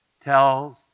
tells